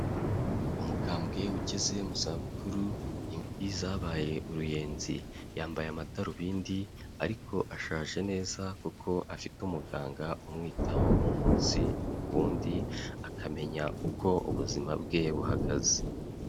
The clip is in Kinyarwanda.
Umukambwe ugeze mu zabukuru imvi zabaye uruyenzi yambaye amadarubindi ariko ashaje neza kuko afite umuganga umwitaho umunsi kuwundi akamenya uko ubuzima bwe buhagaze.